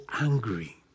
angry